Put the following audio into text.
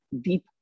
deep